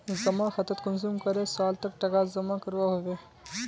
जमा खातात कुंसम करे साल तक टका जमा करवा होबे?